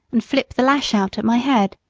and flip the lash out at my head.